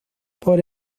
por